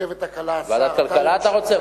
ועדת הכלכלה אתה רוצה?